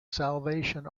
salvation